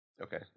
Okay